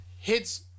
hits